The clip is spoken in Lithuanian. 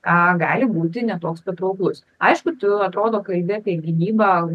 a gali būti ne toks patrauklus aišku tu atrodo kalbi apie gynybą